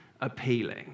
appealing